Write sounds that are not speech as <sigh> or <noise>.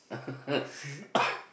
<laughs> <coughs>